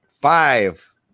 five